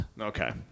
Okay